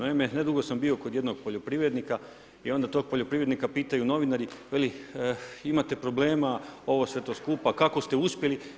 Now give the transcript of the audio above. Naime, nedugo sam bio kod jednog poljoprivrednika i onda tog poljoprivrednika pitaju novinari, veli, imate problema, ovo sve to skupa, kako ste uspjeli?